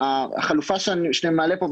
החלופה שאני מעלה פה,